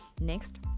Next